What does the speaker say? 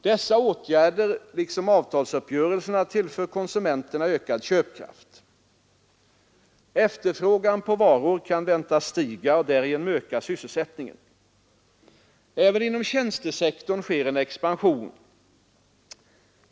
Dessa åtgärder liksom avtalsuppgörelserna tillför konsumenterna ökad köpkraft. Efterfrågan på varor kan väntas stiga och därigenom öka sysselsättningen. Även inom tjänstesektorn sker en expansion.